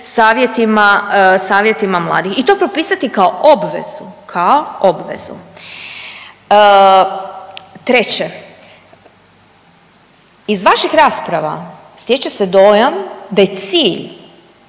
savjetima mladih i to propisati kao obvezu, kao obvezu. Treće, iz vaših rasprava stječe se dojam da je cilj